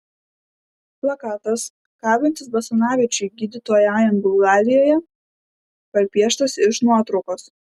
plakatas kabantis basanavičiui gydytojaujant bulgarijoje perpieštas iš nuotraukos